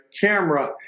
camera